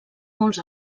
molts